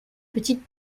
petite